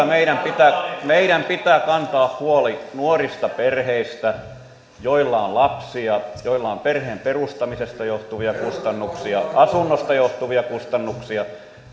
meidän pitää meidän pitää kantaa huoli nuorista perheistä joilla on lapsia joilla on perheen perustamisesta johtuvia kustannuksia asunnosta johtuvia kustannuksia